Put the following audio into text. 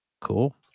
Cool